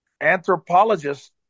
anthropologists